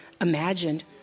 imagined